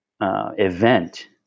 event